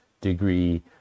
degree